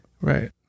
Right